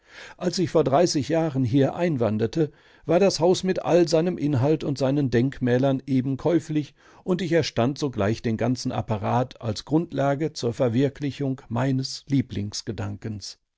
als ich vor dreißig jahren hier einwanderte war das haus mit all seinem inhalt und seinen denkmälern eben käuflich und ich erstand sogleich den ganzen apparat als grundlage zur verwirklichung meines